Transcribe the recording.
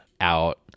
out